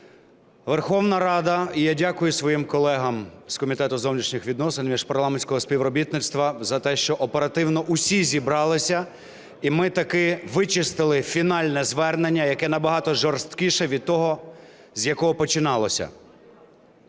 Верховна Рада… І я дякую своїм колегами з Комітету зовнішніх відносин, міжпарламентського співробітництва за те, що оперативно всі зібрались, і ми таки вичистили фінальне звернення, яке набагато жорсткіше від того, з якого починалося.